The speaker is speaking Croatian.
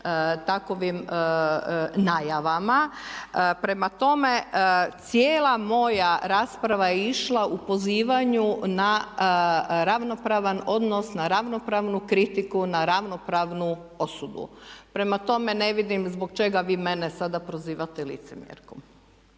takovim najavama. Prema tome, cijela moja rasprava je išla u pozivanju na ravnopravan odnos, na ravnopravnu kritiku, na ravnopravnu osudu. Prema tome, ne vidim zbog čega vi mene sada prozivate licemjerkom.